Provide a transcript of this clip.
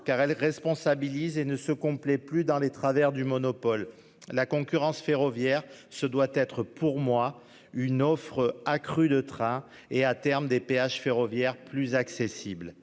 car elle responsabilise et ne se complaît plus dans les travers du monopole. La concurrence ferroviaire ce doit être pour moi une offre accrue de train et à terme des péages ferroviaires plus accessible,